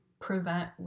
prevent